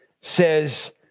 says